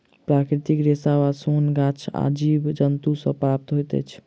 प्राकृतिक रेशा वा सोन गाछ आ जीव जन्तु सॅ प्राप्त होइत अछि